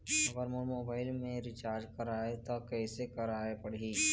अगर मोर मोबाइल मे रिचार्ज कराए त कैसे कराए पड़ही?